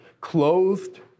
clothed